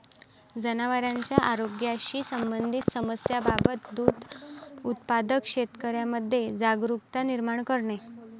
जनावरांच्या आरोग्याशी संबंधित समस्यांबाबत दुग्ध उत्पादक शेतकऱ्यांमध्ये जागरुकता निर्माण करणे